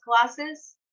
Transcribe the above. classes